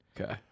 Okay